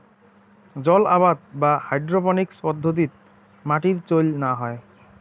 জলআবাদ বা হাইড্রোপোনিক্স পদ্ধতিত মাটির চইল না হয়